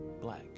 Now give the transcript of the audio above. black